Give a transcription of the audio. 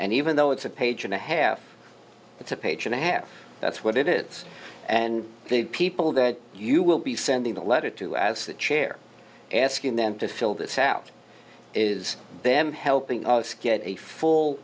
and even though it's a page and a half it's a page and a half that's what it is and i think people that you will be sending the letter to as the chair asking them to fill this out is them helping us get a full